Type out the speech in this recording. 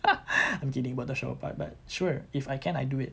I'm kidding about the shower apart but sure if I can I'll do it